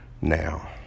now